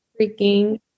freaking